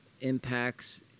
impacts